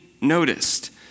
noticed